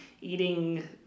eating